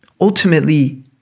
ultimately